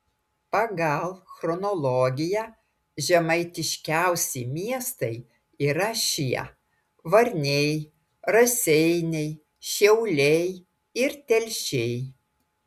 pagal chronologiją žemaitiškiausi miestai yra šie varniai raseiniai šiauliai ir telšiai